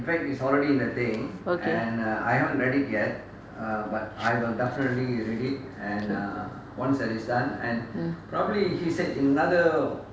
okay